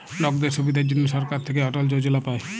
লকদের সুবিধার জনহ সরকার থাক্যে অটল যজলা পায়